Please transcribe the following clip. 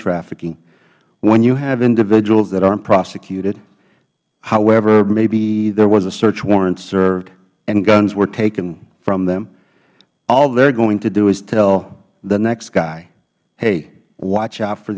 trafficking when you have individuals that aren't prosecuted however maybe there was a search warrant served and guns were taken from them all they are going to do is tell the next guy hey watch out for